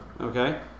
Okay